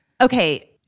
okay